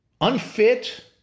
Unfit